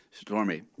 Stormy